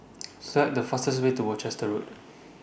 Select The fastest Way to Worcester Road